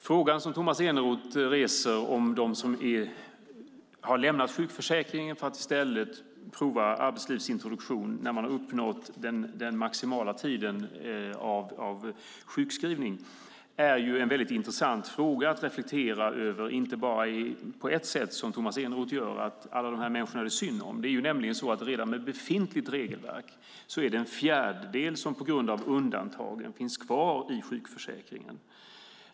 Frågan som Tomas Eneroth reser om dem som har lämnat sjukförsäkringen för att i stället prova arbetslivsintroduktion när de uppnått den maximala tiden för sjukskrivning är väldigt intressant att reflektera över, men inte bara på ett sätt, som Tomas Eneroth gör - det är synd om alla dessa människor, menar han. Redan med befintligt regelverk är det en fjärdedel som på grund av undantagen finns kvar i sjukförsäkringen.